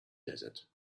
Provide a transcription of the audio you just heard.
desert